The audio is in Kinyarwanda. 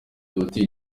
hotel